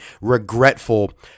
regretful